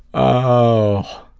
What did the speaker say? oh,